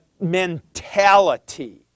mentality